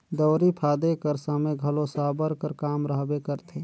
दउंरी फादे कर समे घलो साबर कर काम रहबे करथे